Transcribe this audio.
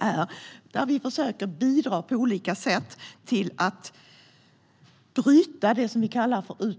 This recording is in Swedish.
Här försöker vi på olika sätt bidra till att bryta dessa konflikter.